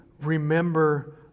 remember